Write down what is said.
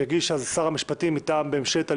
שהגיש אז שר המשפטים מטעם ממשלת הליכוד.